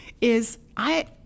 is—I